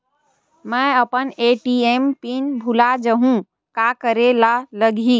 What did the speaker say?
मैं अपन ATM PIN भुला जहु का करे ला लगही?